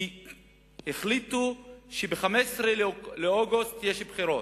כי החליטו שב-15 באוגוסט יש בחירות.